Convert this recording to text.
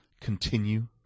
Continue